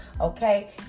okay